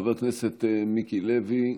חבר הכנסת מיקי לוי,